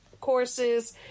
courses